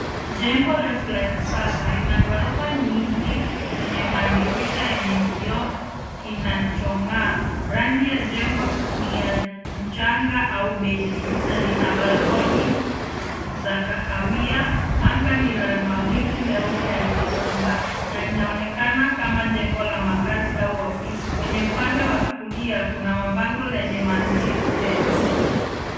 Jengo refu la kisasa ina gorofa nyingi zenye madirisha yenye kioo kinachong'aa. Rangi ya jengo ni ya mchanga au beige na lina balconies za kahawia. Anga ni la mawingu meupe yaliyosambaa na linaonekana kama jengo la makazi au ofisi. Kwenye upande wa kulia kuna mabango lenye maandishi To Let .